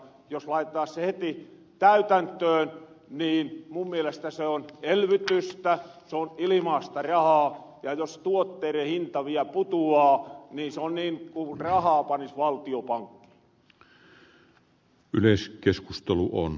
jos laitettaas se heti täytäntöön niin mun mielestä se on elvytystä se on ilimaasta rahaa ja jos tuotteiren hinta vielä putuaa niin se on niin ku rahaa panis valtio pankkiin